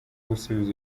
gusubiza